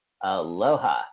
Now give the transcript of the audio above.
Aloha